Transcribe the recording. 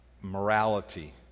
morality